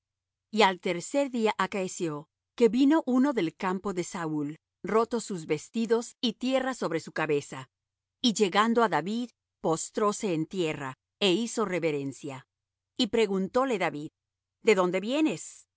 y al tercer día acaeció que vino uno del campo de saúl rotos sus vestidos y tierra sobre su cabeza y llegando á david postróse en tierra é hizo reverencia y preguntóle david de dónde vienes